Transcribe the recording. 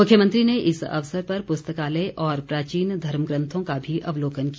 मुख्यमंत्री ने इस अवसर पर पुस्तकालय और प्राचीन धर्म ग्रंथों का भी अवलोकन किया